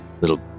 little